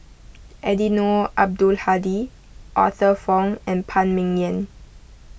Eddino Abdul Hadi Arthur Fong and Phan Ming Yen